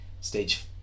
Stage